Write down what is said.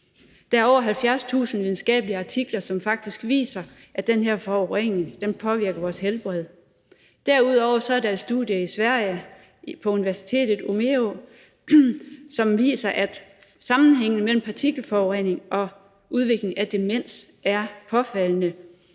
Der er over 70.000 videnskabelige artikler, som faktisk viser, at den her forurening påvirker vores helbred. Derudover er der et studie i Sverige fra Umeå Universitet, som viser, at sammenhængen mellem partikelforurening og udviklingen af demens er påfaldende.